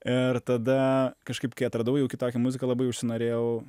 ir tada kažkaip kai atradau jau kitokią muziką labai užsinorėjau